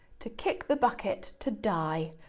to kick the bucket, to die.